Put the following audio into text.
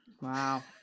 wow